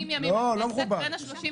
בין ה-31